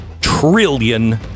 trillion